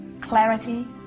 Clarity